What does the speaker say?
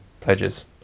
pledges